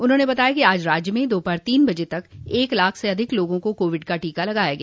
उन्होंने बताया कि आज राज्य में दोपहर तीन बजे तक एक लाख से अधिक लोगों का कोविड का टीका लगाया गया